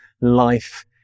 life